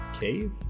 Cave